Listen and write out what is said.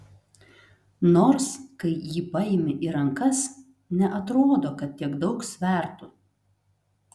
nors kai jį paimi į rankas neatrodo kad tiek daug svertų